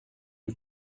you